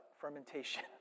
Fermentation